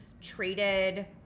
treated